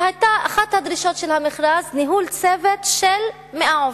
ואחת הדרישות של המכרז היתה ניהול צוות של 100 עובדים.